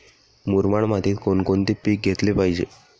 मुरमाड मातीत कोणकोणते पीक घेतले पाहिजे?